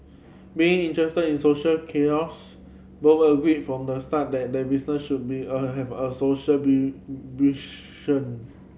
being interested in social chaos both agreed from the start that their business should be a a have a social be